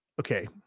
Okay